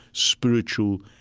spiritual,